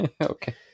Okay